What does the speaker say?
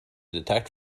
detect